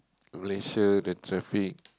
make sure the traffic